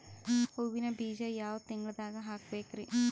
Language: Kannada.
ಹೂವಿನ ಬೀಜ ಯಾವ ತಿಂಗಳ್ದಾಗ್ ಹಾಕ್ಬೇಕರಿ?